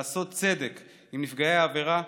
לעשות צדק עם נפגעי העבירה,